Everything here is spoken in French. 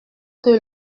que